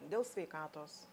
dėl sveikatos